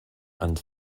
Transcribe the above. and